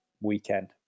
weekend